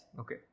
Okay